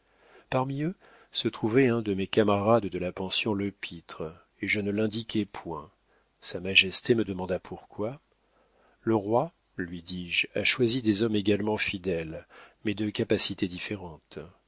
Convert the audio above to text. parmi eux se trouvait un de mes camarades de la pension lepître et je ne l'indiquai point sa majesté me demanda pourquoi le roi lui dis-je a choisi des hommes également fidèles mais de capacités différentes